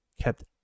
kept